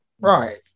Right